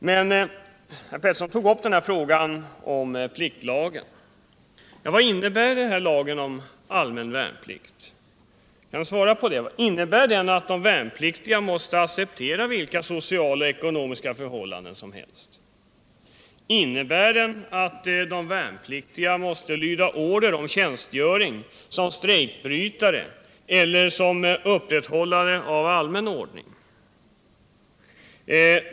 Per Petersson tog upp pliktlager. Vad innebär denna lag om allmän värnplikt? Innebär den att de värnpliktiga måste acceptera vilka sociala och ekonomiska förhållanden som helst" Innebär den att de värnpliktiga måste lyda order om tjänstgöring såsom strejkbrytare eller såsom upprätthållare av allmän ordning?